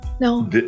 no